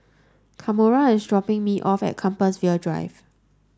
Kamora is dropping me off at Compassvale Drive